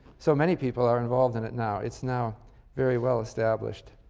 so many people are involved in it now it's now very well-established.